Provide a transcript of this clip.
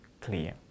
clear